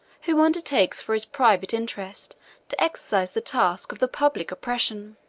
who undertakes for his private interest to exercise the task of the public oppression.